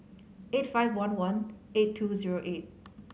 eight five one one eight two zero eight